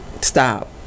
Stop